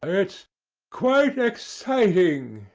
it's quite exciting,